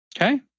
Okay